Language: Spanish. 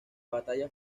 batalla